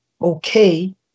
okay